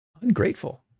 Ungrateful